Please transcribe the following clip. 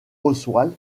oswald